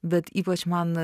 bet ypač man